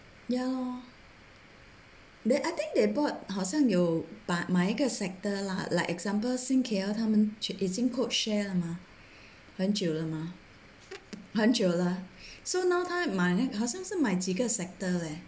ya lor but I think they bought 好像有 buy 买一个 sector lah like example sing K_L 他们已经 code share 了嘛很久了嘛很久了 so now 他买好像是买几个 sector leh